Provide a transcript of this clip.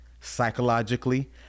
psychologically